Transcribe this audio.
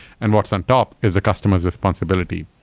and what's on top is a customer's responsibility.